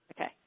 Okay